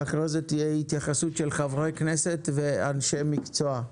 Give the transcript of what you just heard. ואחרי כן תהיה התייחסות של חברי כנסת ואנשי מקצוע.